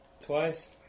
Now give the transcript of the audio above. twice